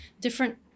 different